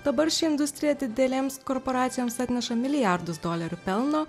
dabar ši industrija didelėms korporacijoms atneša milijardus dolerių pelno